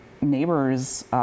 neighbors